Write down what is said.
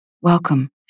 Welcome